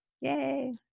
Yay